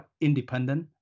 independent